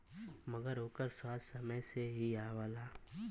मगर ओकर स्वाद समय से ही आवला